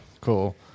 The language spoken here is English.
Cool